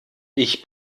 ich